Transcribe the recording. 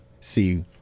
see